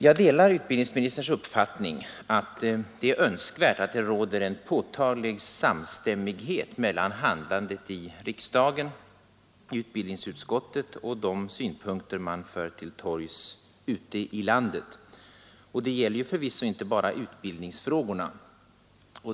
Jag delar utbildningsministerns uppfattning att det är önskvärt att det råder samstämmighet mellan å ena sidan handlandet i riksdagen och i utbildningsutskottet och å andra sidan de synpunkter som man för till torgs ute i landet. Detta gäller förvisso inte bara utbildningsfrågorna.